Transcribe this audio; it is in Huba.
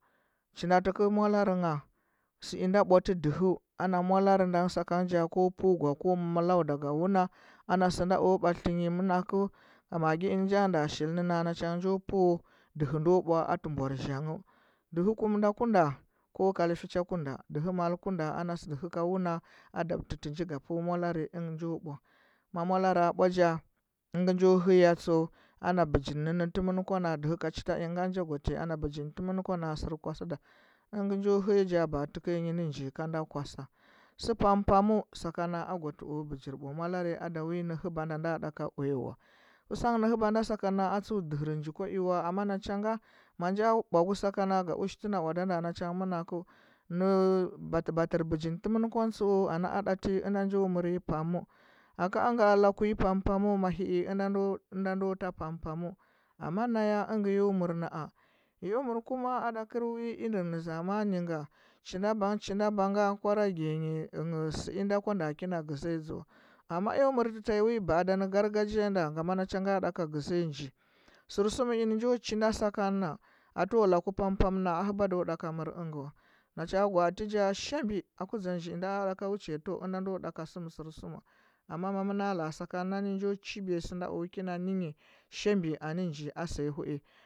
Chinda tɚ kɚu molare ngha sɚinda bwa tɚ dɚhɚ ana molare nɗa ngɚ sakan nja ko peu gwa ko tau daga wuna ana sɚ na o ɓatliti nyi manakɚu ka maggi innɚ nja nda shil nɚ na na cha ngɚ njo peu dɚhɚ nda bwa ati mbwar zamghe dehe kum nda ku nda ko kalfi cha kunda dɚhɚ mal kunda ana ka wuna a dabte tegi ga peu mdare ingɚ njo bwa ma molare bwa nja higɚ njo hɚya tsau ana bɚgi nenne nete mɚn kua na dɚhɚ ka chita higɚ nga njo gwa te ana bɚgni temɚm kwa na sɚr kwasu da ɚngɚ njo hɚya nja baa tɚkɚ nyi nɚ nji ka nda kwasa sɚ pam pamu sakana a gwatɚ o bɚgir bwa molare ada wi ne hɚba nda sokana a tsɚu dɚhɚr nji kwa i wa amma na cha nga ma nja bwa gu sakana nga ushitɚ na owada nda na cha ngɚ mana kɚu nɚ balɚ balɚr bɚgin mɚn kwa nɚ tseu ana a ɗati una njo mɚr nyi pam aka ɚnga laku nyi pam pam u ma hɚi inda ndo ta pam pamu amma na ya ing yo mɚr na. a yo mɚr kuma ada kɚr wi ini nɚ zamani nga chi na ba nga chi na ba nga kwa rage nyi sɚ inda kwa nda ki na sɚsiya dȝa amma ea mɚrtɚ nyi wi nɚ ba ada garga ji ya nda ngama na cha nga nda ka gɚsiya nji sɚr sum ingɚ nja chi nda sakan na atɚwa laku pam pam na a hɚba ndo ndaka mɚr ingɚ wa na cha gwaati nja shiɓa aku dza nji inda ɗaka wuchiya tɚwa inda ndo ɗaka sɚm sursuma amma ma mɚ mɚ na la. a sakan na ni njo chi biya sɚ na o kina ni nyi shi ɓɚ a nɚ nji sɚ ya hui